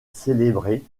célébré